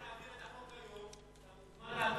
אחרי שנעביר את החוק היום אתה מוזמן לעתור